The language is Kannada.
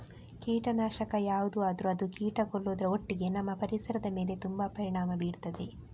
ಕೀಟನಾಶಕ ಯಾವ್ದು ಆದ್ರೂ ಅದು ಕೀಟ ಕೊಲ್ಲುದ್ರ ಒಟ್ಟಿಗೆ ನಮ್ಮ ಪರಿಸರದ ಮೇಲೆ ತುಂಬಾ ಪರಿಣಾಮ ಬೀರ್ತದೆ